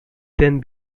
then